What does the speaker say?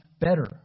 better